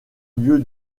lieu